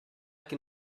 qui